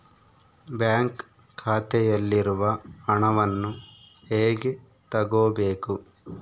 Bank ಖಾತೆಯಲ್ಲಿರುವ ಹಣವನ್ನು ಹೇಗೆ ತಗೋಬೇಕು?